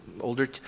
older